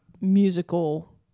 musical